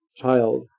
child